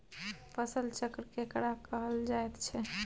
फसल चक्र केकरा कहल जायत छै?